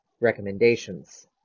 recommendations